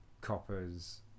copper's